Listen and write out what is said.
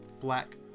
black